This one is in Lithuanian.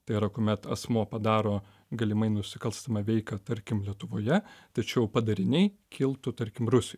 tai yra kuomet asmuo padaro galimai nusikalstamą veiką tarkim lietuvoje tačiau padariniai kiltų tarkim rusioj